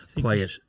Quiet